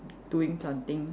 doing something